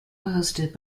hosted